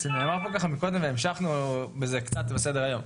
נאמר פה מקודם והמשכנו מזה קצת בסדר היום.